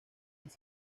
inc